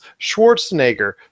Schwarzenegger